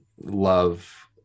love